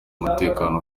mutekano